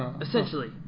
Essentially